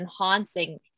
enhancing